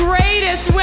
greatest